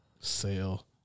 Sale